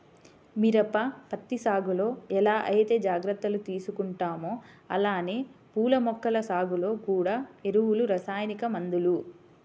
మిరప, పత్తి సాగులో ఎలా ఐతే జాగర్తలు తీసుకుంటామో అలానే పూల మొక్కల సాగులో గూడా ఎరువులు, రసాయనిక మందులు